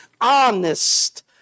honest